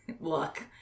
look